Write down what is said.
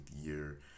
year